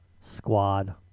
squad